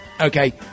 Okay